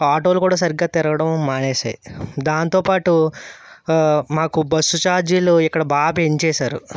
ఆటోలు కూడా సరిగ్గా తిరగడం మానేసాయి దాంతోపాటు మాకు బస్సు ఛార్జీలు ఇక్కడ బా పెంచేశారు